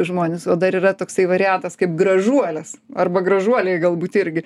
žmones o dar yra toksai variantas kaip gražuolės arba gražuoliai galbūt irgi